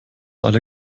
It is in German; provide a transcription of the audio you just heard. alle